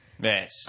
Yes